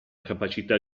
capacità